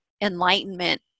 enlightenment